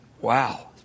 Wow